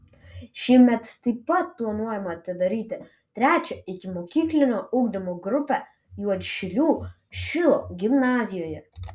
šiemet taip pat planuojama atidaryti trečią ikimokyklinio ugdymo grupę juodšilių šilo gimnazijoje